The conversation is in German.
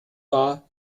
war